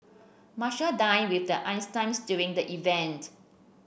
Marshall dined with Einstein during the event